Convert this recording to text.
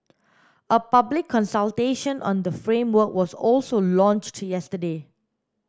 a public consultation on the framework was also launched yesterday